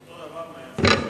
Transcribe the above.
אותו דבר, לא.